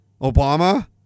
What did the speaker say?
Obama